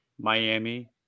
Miami